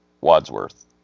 Wadsworth